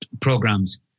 programs